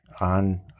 on